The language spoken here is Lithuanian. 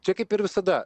čia kaip ir visada